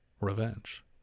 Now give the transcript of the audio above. revenge